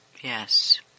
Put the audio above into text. Yes